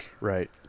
Right